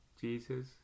jesus